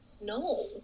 No